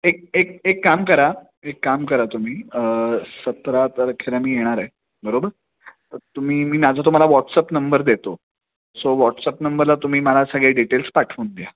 एक एक एक काम करा एक काम करा तुम्ही सतरा तारखेला मी येणार आहे बरोबर तुम्ही मी माझं तुम्हाला व्हॉट्सअप नंबर देतो सो व्हॉट्सअप नंबरला तुम्ही मला सगळे डिटेल्स पाठवून द्या